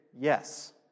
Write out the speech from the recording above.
yes